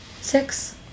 Six